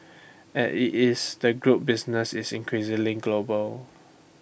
at IT is the group's business is increasingly global